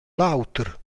l’auter